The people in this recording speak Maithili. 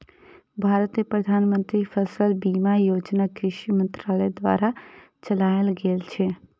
भारत मे प्रधानमंत्री फसल बीमा योजना कृषि मंत्रालय द्वारा चलाएल गेल छै